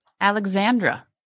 Alexandra